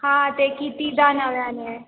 हां ते कितीदा नव्याने